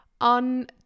on